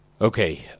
Okay